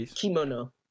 kimono